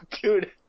Dude